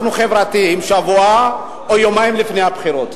אנחנו חברתיים שבוע או יומיים לפני הבחירות?